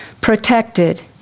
protected